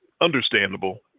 understandable